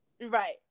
right